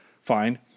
Fine